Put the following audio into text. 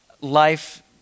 life